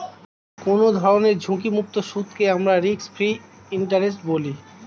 কোনো ধরনের ঝুঁকিমুক্ত সুদকে আমরা রিস্ক ফ্রি ইন্টারেস্ট বলি